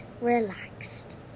relaxed